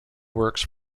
works